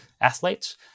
athletes